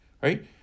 right